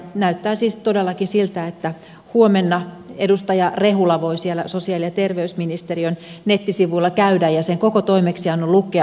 näyttää siis todellakin siltä että huomenna edustaja rehula voi siellä sosiaali ja terveysministeriön nettisivuilla käydä ja sen koko toimeksiannon lukea